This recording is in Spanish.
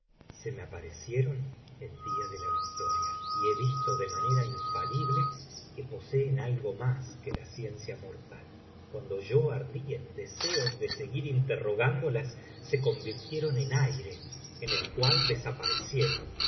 c me aparecieron el día de la victoria y he visto de manera infalible que poseen algo más que la ciencia mortal cuando yo ardia en deseos de seguir interrogándolas se convirtieron en aire en el cual desaparecieron